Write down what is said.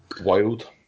Wild